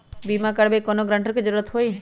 बिमा करबी कैउनो गारंटर की जरूरत होई?